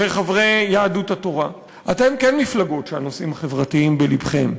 לחברי יהדות התורה: אתם כן ממפלגות שהנושאים החברתיים בלבן,